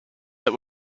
that